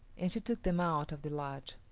and she took them out of the lodge.